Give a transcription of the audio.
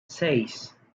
seis